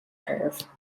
curve